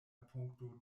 punkto